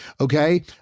okay